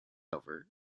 over